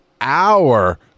hour –